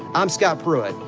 i'm scott pruitt.